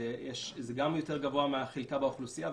זה גבוה יותר מחלקה באוכלוסייה,